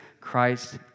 Christ